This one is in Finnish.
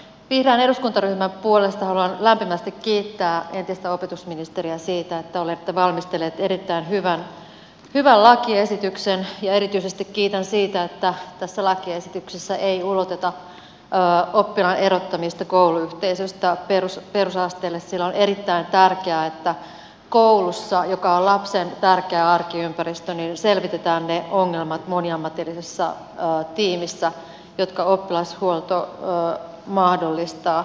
vihreän eduskuntaryhmän puolesta haluan lämpimästi kiittää entistä opetusministeriä siitä että olette valmistellut erittäin hyvän lakiesityksen ja erityisesti kiitän siitä että tässä lakiesityksessä ei uloteta oppilaan erottamista kouluyhteisöstä perusasteelle sillä on erittäin tärkeää että koulussa joka on lapsen tärkeä arkiympäristö selvitetään ne ongelmat moniammatillisessa tiimissä jonka oppilashuolto mahdollistaa